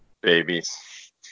Babies